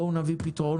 בואו נביא פתרונות.